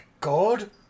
God